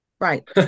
Right